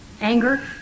anger